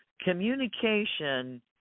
Communication